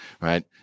right